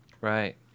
Right